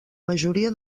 majoria